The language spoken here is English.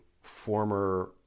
former